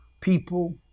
people